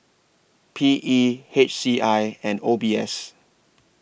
P E H C I and O B S